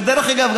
ודרך אגב,